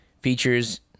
features